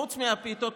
חוץ מהפיתות,